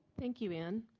thank you ann.